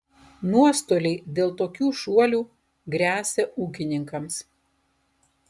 nuostoliai dėl tokių šuolių gresia ūkininkams